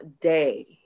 day